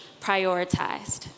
prioritized